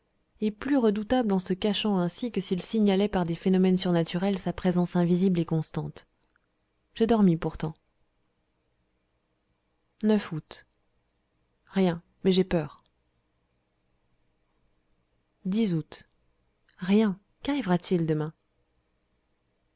et plus redoutable en se cachant ainsi que s'il signalait par des phénomènes surnaturels sa présence invisible et constante j'ai dormi pourtant août rien mais j'ai peur août rien qu'arrivera-t-il demain